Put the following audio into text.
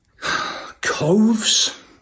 coves